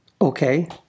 Okay